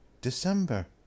December